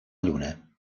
lluna